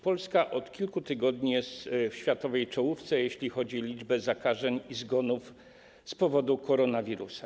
Polska od kilku tygodni jest w światowej czołówce, jeśli chodzi o liczbę zakażeń i zgonów z powodu koronawirusa.